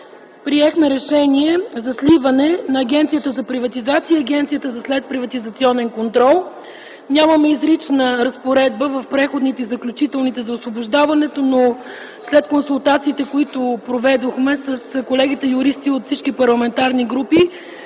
приехме Решение за сливане на Агенцията за приватизация и Агенцията за следприватизационен контрол. Нямаме изрична разпоредба в Преходните и заключителни разпоредби за освобождаването, но след консултациите, които проведохме с колегите-юристи от всички парламентарни групи,